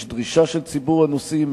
יש דרישה של ציבור הנוסעים,